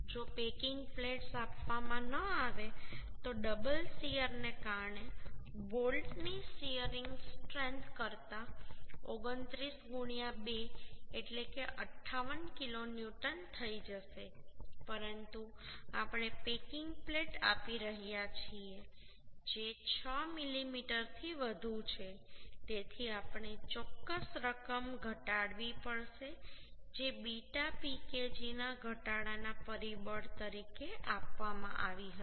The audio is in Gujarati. જો પેકિંગ પ્લેટ્સ આપવામાં ન આવે તો ડબલ શીયરને કારણે બોલ્ટની શીયરિંગ સ્ટ્રેન્થ કરતાં 29 2 એટલે કે 58 કિલોન્યુટન થઈ જશે પરંતુ આપણે પેકિંગ પ્લેટ આપી રહ્યા છીએ જે 6 મીમી થી વધુ છે તેથી આપણે ચોક્કસ રકમ ઘટાડવી પડશે જે બીટા Pkg ના ઘટાડાના પરિબળ તરીકે આપવામાં આવી હતી